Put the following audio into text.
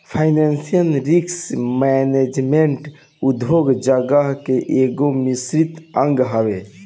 financial risk management उद्योग जगत के एगो अभिन्न अंग हवे